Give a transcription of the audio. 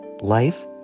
Life